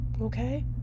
okay